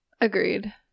Agreed